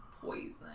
poison